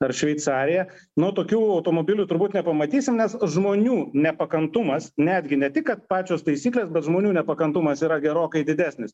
ar šveicarija nu tokių automobilių turbūt nepamatysim nes žmonių nepakantumas netgi ne tik kad pačios taisyklės bet žmonių nepakantumas yra gerokai didesnis